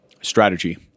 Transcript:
strategy